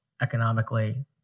economically